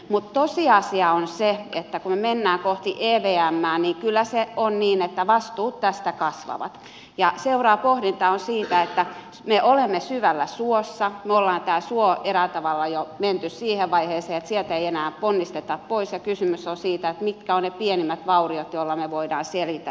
mutta tosiasia on se että kun me menemme kohti evmää niin kyllä se on niin että vastuut tästä kasvavat ja seuraava pohdinta on siitä että me olemme syvällä suossa me olemme tässä suossa eräällä tavalla jo menneet siihen vaiheeseen että sieltä ei enää ponnisteta pois ja kysymys on siitä mitkä ovat ne pienimmät vauriot joilla me voimme selvitä tästä tilanteesta